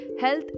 health